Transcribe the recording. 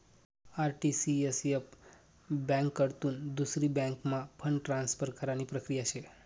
RTCSF ब्यांककडथून दुसरी बँकम्हा फंड ट्रान्सफर करानी प्रक्रिया शे